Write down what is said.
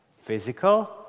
Physical